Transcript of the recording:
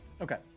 Okay